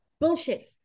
Bullshit